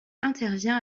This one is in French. intervient